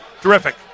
Terrific